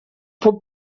pot